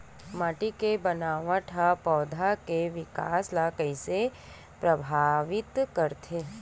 माटी के बनावट हा पौधा के विकास ला कइसे प्रभावित करथे?